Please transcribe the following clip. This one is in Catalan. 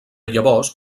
llavors